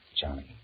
Johnny